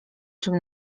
czym